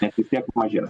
bet vis tiek mažės